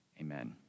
Amen